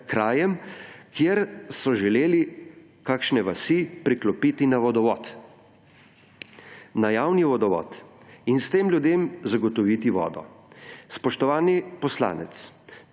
kjer so želeli kakšne vasi priklopiti na vodovod, na javni vodovod, in s tem ljudem zagotoviti vodo. Spoštovani poslanec,